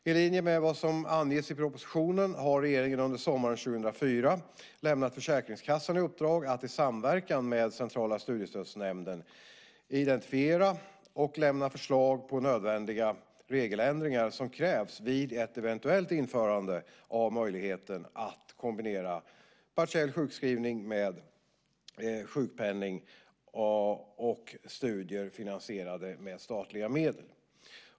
I linje med vad som anges i propositionen har regeringen under sommaren 2004 lämnat Försäkringskassan i uppdrag att, i samverkan med Centrala studiestödsnämnden, identifiera och lämna förslag på nödvändiga regeländringar som krävs vid ett eventuellt införande av möjligheten att kombinera partiell sjukskrivning med sjukpenning och studier finansierade med statliga medel.